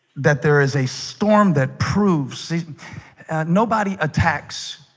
that there is a storm that proves nobody attacks.